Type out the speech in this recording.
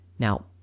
Now